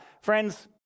friends